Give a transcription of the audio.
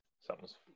something's